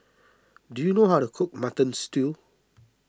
do you know how to cook Mutton Stew